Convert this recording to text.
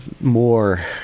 more